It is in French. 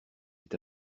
est